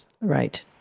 Right